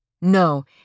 No